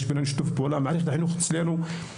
שעל פי החוק משרד החינוך צריך לספק להם כיתות לימוד.